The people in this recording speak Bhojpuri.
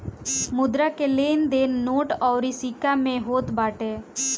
मुद्रा के लेन देन नोट अउरी सिक्का में होत बाटे